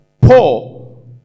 Paul